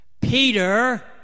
Peter